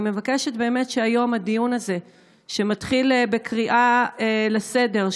אני מבקשת באמת שהיום הדיון הזה שמתחיל בקריאה לסדר,